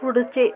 पुढचे